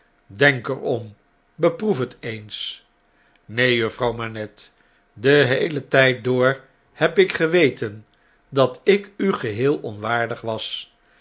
denk er om beproef het eens neen juffrouw manette den heelen tgd door heb ik geweten dat ik u geheel onwaardig was